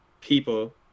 people